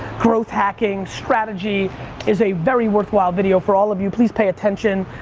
growth hacking strategy is a very worthwhile video for all of you. please pay attention.